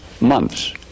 months